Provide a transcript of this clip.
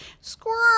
squirrel